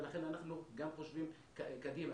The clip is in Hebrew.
ולכן אנחנו גם חושבים קדימה.